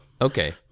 Okay